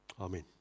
Amen